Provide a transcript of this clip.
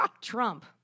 Trump